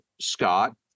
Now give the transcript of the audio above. Scott